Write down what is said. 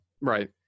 Right